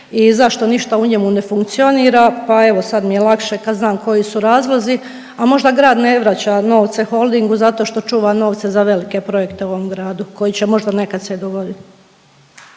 i zašto ništa u njemu ne funkcionira, pa evo sad mi je lakše kad znam koji su razlozi, a možda grad ne vraća novce Holdingu zato što čuva novce za velike projekte u ovom gradu koji će možda nekad se dogodit.